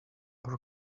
our